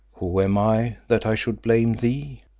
who am i that i should blame thee?